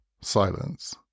silence